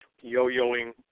yo-yoing